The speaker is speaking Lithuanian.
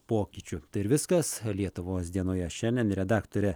pokyčių ir viskas lietuvos dienoje šiandien redaktorė